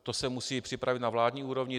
To se musí připravit na vládní úrovni.